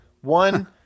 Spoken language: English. One